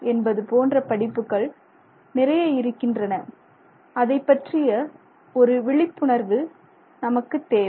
என்பது போன்ற படிப்புகள் நிறைய இருக்கின்றன அதைப் பற்றிய ஒரு விழிப்புணர்வு நமக்கு தேவை